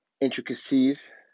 intricacies